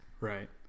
Right